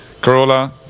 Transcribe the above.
Corolla